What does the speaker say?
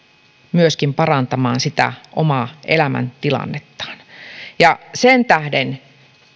myöskin parantamaan sitä omaa elämäntilannettaan sen tähden